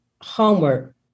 homework